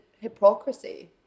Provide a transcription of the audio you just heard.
hypocrisy